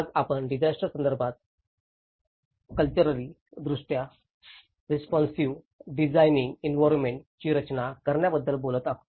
आज आपण डिजास्टर संदर्भात कल्चरली दृष्ट्या रेस्पॉन्सिव्ह डिज़ाइनिंग एंवीरोन्मेन्ट ची रचना करण्याबद्दल बोलत आहोत